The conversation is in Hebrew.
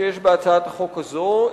שיש בהצעת החוק הזו,